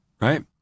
right